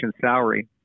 salary